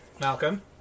Malcolm